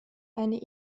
eine